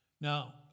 Now